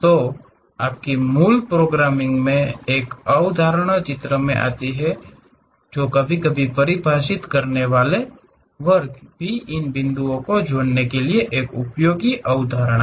तो आपकी मूल प्रोग्रामिंग में एक अवधारणा चित्र में आती है कभी कभी परिभाषित करने वाला वर्ग भी इन बिंदुओं को जोड़ने के लिए एक उपयोगी अवधारणा है